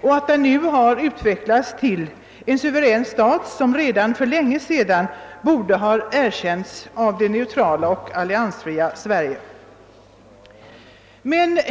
har undan för undan utvecklats till en suverän stat, som redan för länge sedan borde ha erkänts av det neutrala och alliansfria Sverige.